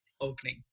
opening